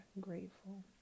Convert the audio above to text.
grateful